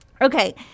okay